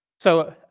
so